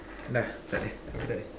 nah tak ada aku tak ada